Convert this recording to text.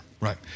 right